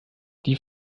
die